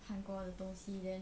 韩国的东西 then